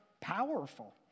powerful